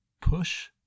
push